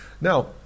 now